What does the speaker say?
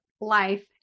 life